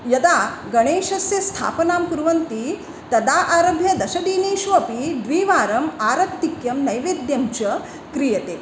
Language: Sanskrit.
यदा गणेशस्य स्थापनां कुर्वन्ति तदा आरभ्य दशदिनेषु अपि द्विवारम् आरत्तिक्यं नैवेद्यं च क्रियते